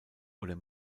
oder